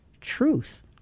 truth